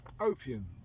Opium